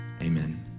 Amen